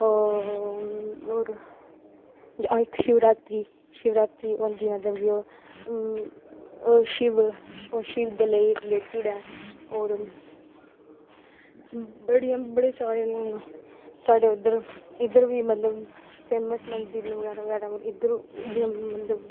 होर शिवरात्री होंदी मतलब की ओह् ओह् शिव दे रिलेटिड ऐ होर बड़ियां बड़े सारे साढ़े इद्धर बी मतलब फेमस मंदिर न बगैरा बगैरा इद्धर मतलब